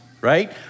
right